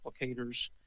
applicators